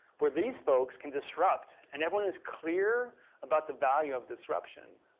where these folks can disrupt and everyone is clear about the value of disruption.